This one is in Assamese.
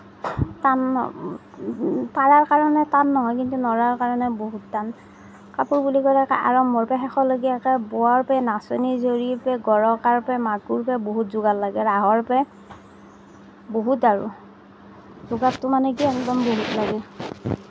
পাৰাৰ কাৰণে টান নহয় কিন্তু নোৱাৰাৰ কাৰণে বহুত টান কাপোৰ বুলি ক'লে একেবাৰে আৰম্ভৰ পৰা শেষৰলৈকে বোৱাৰ পৰা নাচনী জোৰি গৰকাতে মাকোতে বহুত যোগাৰ লাগে বহুত আৰু